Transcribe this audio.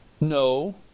No